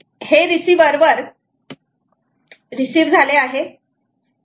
हे रिसिव्हर वर रिसिव्ह झाले आहे